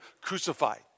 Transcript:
crucified